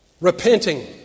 Repenting